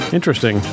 Interesting